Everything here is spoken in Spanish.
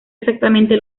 exactamente